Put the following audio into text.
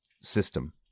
system